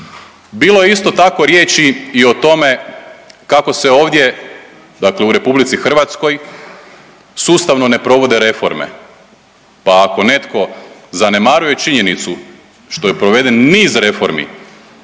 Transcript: Bilo je isto tako riječi i o tome kako se ovdje, dakle u RH sustavno ne provode reforme. Pa ako netko zanemaruje činjenicu što je proveden niz reformi,